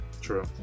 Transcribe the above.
true